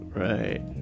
right